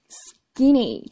,skinny